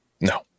No